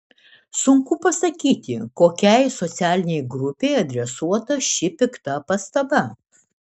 sunku pasakyti kokiai socialinei grupei adresuota ši pikta pastaba